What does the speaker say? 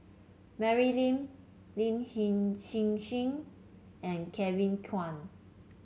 Mary Lim Lin Hsin Hsin and Kevin Kwan